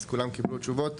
אז כולם קיבלו תשובות?